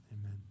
Amen